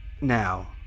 Now